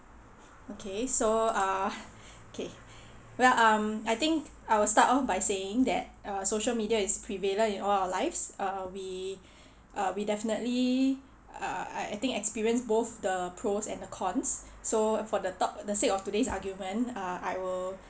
okay so err okay well um I think I will start off by saying that uh social media is prevalent in all our lives uh we uh we definitely err I think experience both the pros and the cons so for the top~ the sake of today's argument uh I will